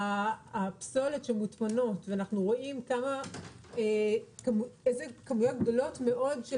הפסולת המוטמנות ואנחנו רואים איזה כמויות גדולות מאוד של